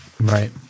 Right